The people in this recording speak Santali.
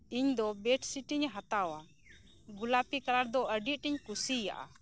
ᱤᱧ ᱫᱚ ᱵᱮᱹᱰᱥᱤᱴᱤᱧ ᱦᱟᱛᱟᱣᱟ ᱜᱳᱞᱟᱯᱤ ᱠᱟᱞᱟᱨ ᱫᱚ ᱟᱰᱤ ᱟᱸᱴ ᱤᱧ ᱠᱩᱥᱤᱭᱟᱜᱼᱟ